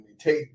take